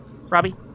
Robbie